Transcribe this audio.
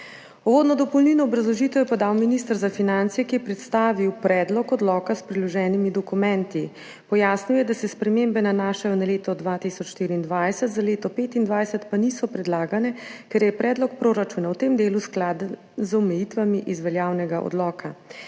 Uvodno dopolnilno obrazložitev je podal minister za finance, ki je predstavil predlog odloka s priloženimi dokumenti. Pojasnil je, da se spremembe nanašajo na leto 2024, za leto 2025 pa niso predlagane, ker je predlog proračuna v tem delu skladen z omejitvami iz veljavnega odloka.